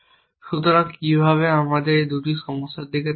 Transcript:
সুতরাং কিভাবে তাই আমাদের এই 2 সমস্যা তাকান